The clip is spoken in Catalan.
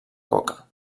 coca